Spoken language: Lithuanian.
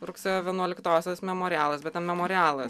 rugsėjo vienuoliktosios memorialas bet ten memorialas